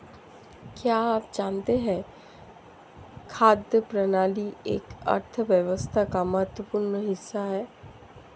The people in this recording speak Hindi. क्या आप जानते है खाद्य प्रणाली एक अर्थव्यवस्था का महत्वपूर्ण हिस्सा है?